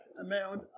amount